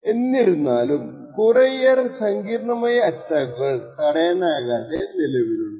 എന്തിരുന്നാലും കുറെയേറെ സങ്കീർണമായ അറ്റാക്കുകൾ തടായാനാകാതെ നിലവിലുണ്ട്